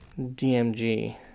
DMG